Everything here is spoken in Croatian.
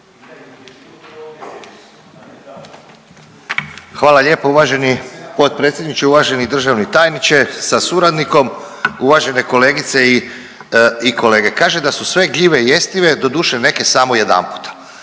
Hvala lijepo uvaženi potpredsjedniče. Uvaženi državni tajniče sa suradnikom, uvažene kolegice i kolege, kaže da su sve gljive jestive doduše neke samo jedan puta.